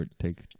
take